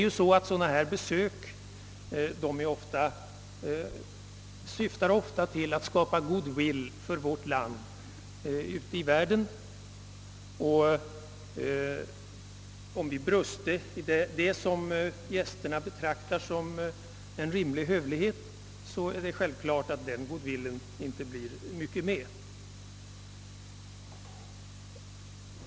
Besök av denna typ syftar ofta till att skapa goodwill för vårt land utc i världen, och om vi brister i vad gästerna betraktar såsom en rimlig hövlighet, blir det självfallet inte mycket med denna goodwill.